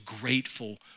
grateful